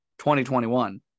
2021